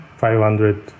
500